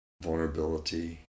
vulnerability